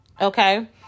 okay